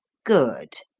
good!